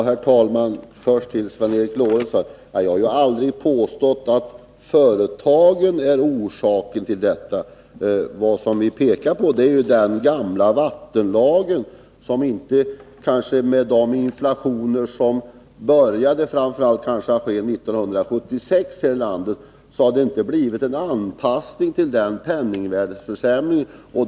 Herr talman! Först till Sven Eric Lorentzon. Jag har aldrig påstått att företagen är orsak till detta. Vad vi pekar på är den gamla vattenlagen. Genom den inflation som började 1976 här i landet har det inte skett någon anpassning till penningvärdeförsämringen.